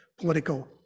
political